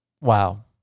wow